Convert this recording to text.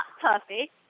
puffy